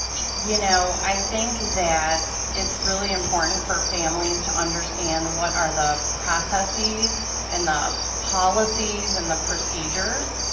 you know i think that it's really important for families to understand what are the processes and the policies and the procedures